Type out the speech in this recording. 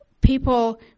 people